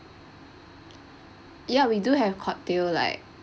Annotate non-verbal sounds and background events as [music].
[breath] ya we do have cocktail like